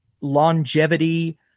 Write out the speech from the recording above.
longevity